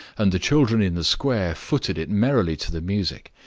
and the children in the square footed it merrily to the music.